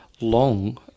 long